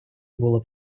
було